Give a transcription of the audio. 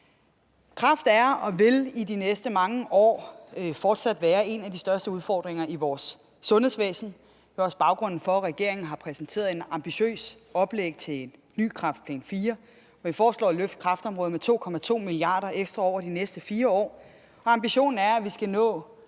Kræft er og vil i de næste mange år fortsat være en af de største udfordringer i vores sundhedsvæsen. Det er også baggrunden for, at regeringen har præsenteret et ambitiøst oplæg til en Kræftplan IV, hvor vi foreslår at løfte kræftområdet med 2,2 mia. kr. ekstra over de næste 4 år. Og ambitionen er, at vi skal nå